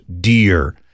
dear